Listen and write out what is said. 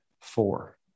four